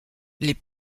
les